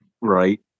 right